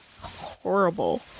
horrible